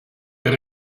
per